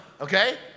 okay